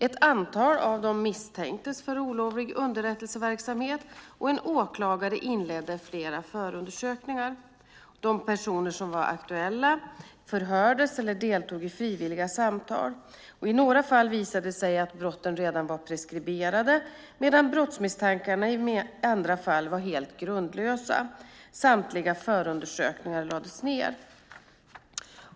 Ett antal av dem misstänktes för olovlig underrättelseverksamhet, och en åklagare inledde flera förundersökningar. De personer som var aktuella förhördes eller deltog i frivilliga samtal. I några fall visade det sig att brotten redan var preskriberade, medan brottsmisstankarna i andra fall var helt grundlösa. Samtliga förundersökningar lades ned.